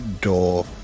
door